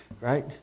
right